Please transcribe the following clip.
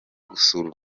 gusura